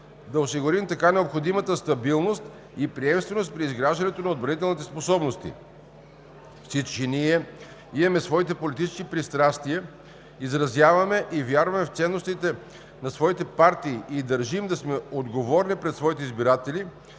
да осигурим така необходимата стабилност и приемственост при изграждането на отбранителните способности. Всички ние имаме своите политически пристрастия, изразяваме и вярваме в ценностите на своите партии и държим да сме отговорни пред своите избиратели,